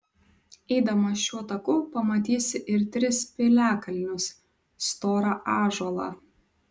eidamas šiuo taku pamatysi ir tris piliakalnius storą ąžuolą